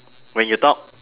when you talk